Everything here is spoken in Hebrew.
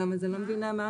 אז אני לא מבינה...